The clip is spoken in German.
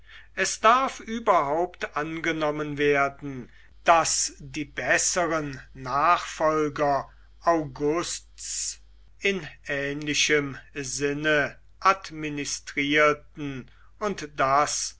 es darf überhaupt angenommen werden daß die besseren nachfolger augusts in ähnlichem sinne administrierten und daß